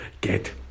get